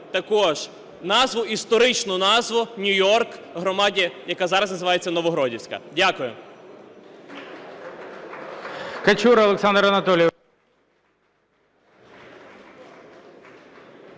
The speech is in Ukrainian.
назву, історичну назву Нью-Йорк громаді, яка зараз називається Новогродівська. Дякую.